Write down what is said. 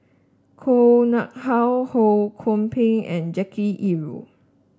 Koh Nguang How Ho Kwon Ping and Jackie Yi Ru